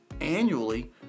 annually